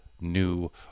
new